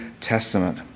Testament